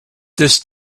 this